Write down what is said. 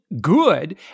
good